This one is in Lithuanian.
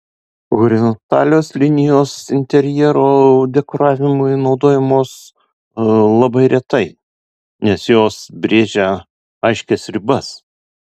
horizontalios linijos interjero dekoravimui naudojamos labai retai nes jos brėžia aiškias ribas